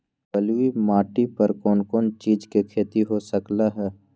बलुई माटी पर कोन कोन चीज के खेती हो सकलई ह?